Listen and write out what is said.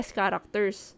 characters